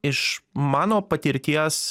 iš mano patirties